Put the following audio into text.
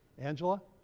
angela?